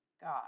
god